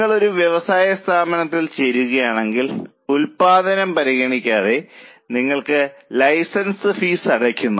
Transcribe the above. നിങ്ങൾ ഒരു വ്യവസായ സ്ഥാപനത്തിൽ ചേരുകയാണെങ്കിൽ ഉൽപ്പാദനം പരിഗണിക്കാതെ നിങ്ങൾ ലൈസൻസ് ഫീസ് അടയ്ക്കുന്നു